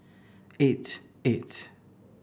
eight eight